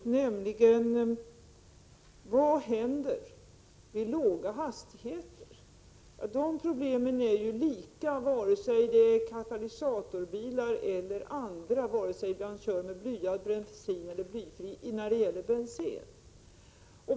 Hon frågar: Vad händer vid låga hastigheter? Ja, problemen är desamma när det gäller bensenet vare sig det är fråga om katalysatorbilar eller andra fordon, vare sig man kör med blyad eller blyfri bensin.